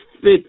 fit